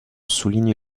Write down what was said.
souligne